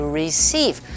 receive